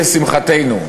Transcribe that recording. לשמחתנו,